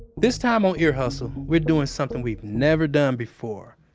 this time on ear hustle, we're doing something we've never done before.